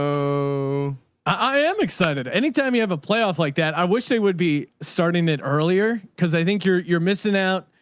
so i am excited. anytime you have a playoff like that, i wish they would be starting it earlier. cause i think you're, you're missing out.